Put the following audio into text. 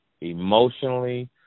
emotionally